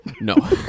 no